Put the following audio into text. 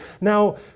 now